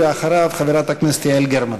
אחריו, חברת הכנסת יעל גרמן.